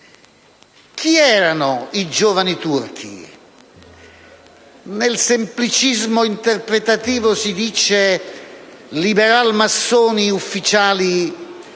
Chi erano i "giovani turchi"? Nel semplicismo interpretativo si dice «liberal-massoni ufficiali